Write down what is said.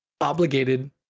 obligated